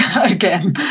again